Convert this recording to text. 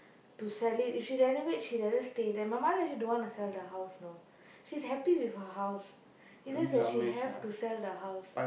to sell it if she renovate she doesn't stay there my mother actually don't want to sell the house know she's happy with her house it's just that she have to sell the house